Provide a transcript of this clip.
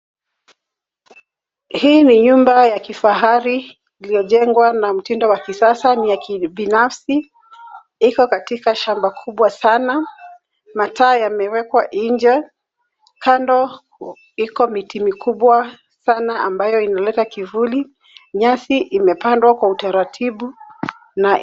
Hii ni nyumba ya kifahari lililo jengwa na mtindo wa kisasa na kibinfasi, iko katika shamba kubwa sana na taa yamewekwa inje kando iko miti mikubwa sana ambayo inaleta kivuli. Nyasi ime pandwa kwa utaratibu na.